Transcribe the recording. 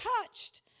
touched